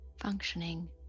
functioning